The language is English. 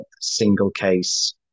single-case